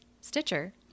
Stitcher